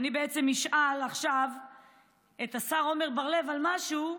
אני אשאל עכשיו את השר עמר בר לב על משהו.